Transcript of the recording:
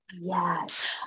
Yes